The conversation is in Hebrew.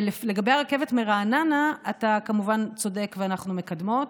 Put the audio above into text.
לגבי הרכבת מרעננה, אתה כמובן צודק ואנחנו מקדמות.